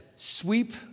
sweep